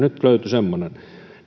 nyt löytyi semmoinen